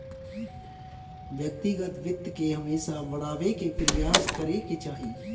व्यक्तिगत वित्त के हमेशा बढ़ावे के प्रयास करे के चाही